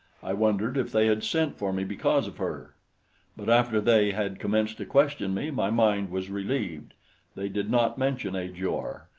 i wondered if they had sent for me because of her but after they had commenced to question me, my mind was relieved they did not mention ajor.